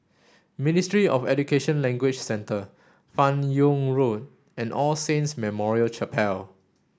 Ministry of Education Language Centre Fan Yoong Road and All Saints Memorial Chapel